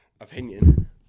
opinion